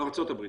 ארצות הברית.